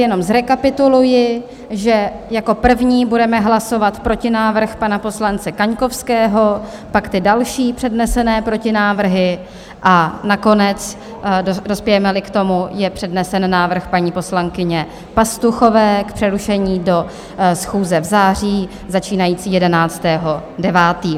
Jenom zrekapituluji, že jako první budeme hlasovat protinávrh pana poslance Kaňkovského, pak ty další přednesené protinávrhy a nakonec, dospějemeli k tomu, je přednesen návrh paní poslankyně Pastuchové k přerušení do schůze v září začínající 11. 9.